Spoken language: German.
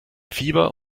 fieber